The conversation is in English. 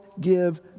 give